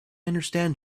understand